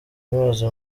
amazi